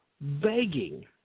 begging